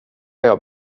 jag